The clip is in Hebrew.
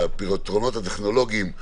הפתרונות הטכנולוגיים,